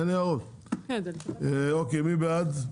מי בעד?